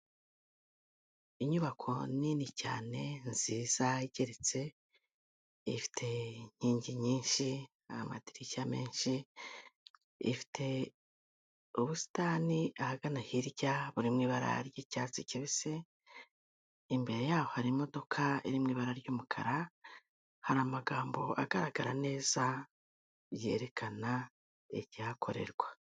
Inyubako nini cyane nziza igeretse ifite inkingi nyinshi amadirishya menshi, ifite ubusitani ahagana hirya buri mu ibara ry'icyatsi kibisi, imbere yaho hari imodoka iri mu ibara ry'umukara hari amagambo agaragara neza ryerekana icyihakorerwa.